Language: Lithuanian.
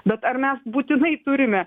bet ar mes būtinai turime